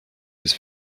his